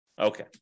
Okay